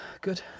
Good